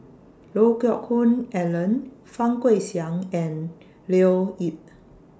Lee Geck Hoon Ellen Fang Guixiang and Leo Yip